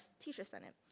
teacher senate.